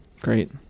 great